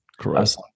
Correct